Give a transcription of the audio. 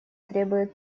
требует